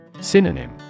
Synonym